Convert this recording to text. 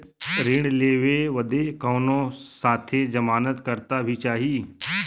ऋण लेवे बदे कउनो साथे जमानत करता भी चहिए?